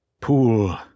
Pool